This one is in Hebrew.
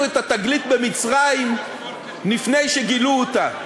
את התגלית במצרים לפני שגילו אותה".